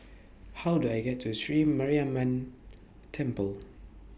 How Do I get to Sri Mariamman Temple